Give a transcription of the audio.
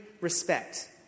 respect